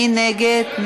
מי נגד?